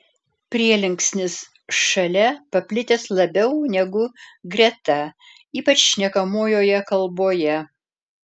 prielinksnis šalia paplitęs labiau negu greta ypač šnekamojoje kalboje